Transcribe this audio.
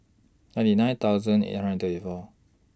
ninety nine thousand eight hundred and thirty four